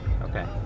Okay